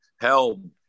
held